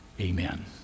Amen